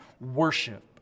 worship